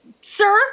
sir